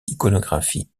iconographie